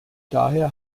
daher